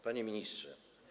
Panie Ministrze!